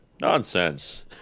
Nonsense